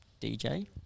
DJ